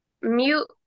mute